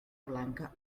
blanca